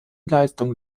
leistungen